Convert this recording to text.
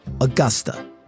Augusta